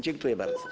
Dziękuję bardzo.